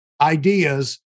ideas